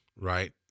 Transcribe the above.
right